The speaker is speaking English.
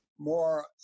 more